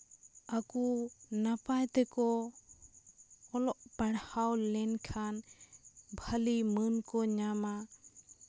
ᱟᱠᱚ ᱱᱟᱯᱟᱭ ᱛᱮᱠᱚ ᱚᱞᱚᱜ ᱯᱟᱲᱦᱟᱣ ᱞᱮᱱᱠᱷᱟᱱ ᱵᱷᱟᱹᱞᱤ ᱢᱟᱹᱱ ᱠᱚ ᱧᱟᱢᱟ